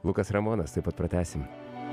lukas ramonas tuoj pat pratęsim